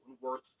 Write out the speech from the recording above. worth